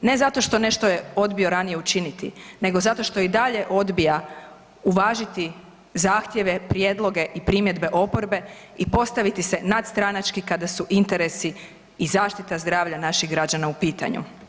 ne zato što nešto je odbio ranije učiniti, nego zato što i dalje odbija uvažiti zahtjeve, prijedloge i primjedbe oporbe i postaviti se nadstranački kada su interesi i zaštita zdravlja naših građana u pitanju?